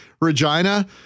Regina